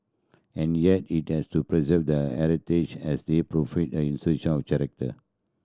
and yet it has to preserve the heritage as they provide an of character